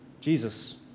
Jesus